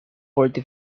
forty